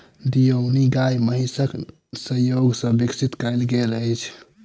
देओनी गाय महीसक संजोग सॅ विकसित कयल गेल अछि